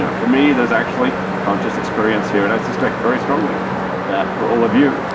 ah for me there is actually conscious experience here and i suspect very strongly that for all of you,